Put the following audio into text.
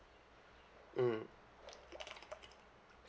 mm